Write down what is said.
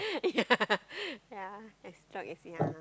yeah yeah as long as yeah